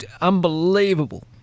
unbelievable